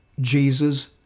Jesus